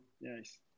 Yes